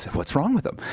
what's wrong with him.